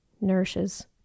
nourishes